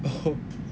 oh